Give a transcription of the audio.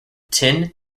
tin